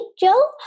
Joe